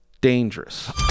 dangerous